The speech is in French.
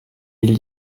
mille